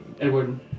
Edward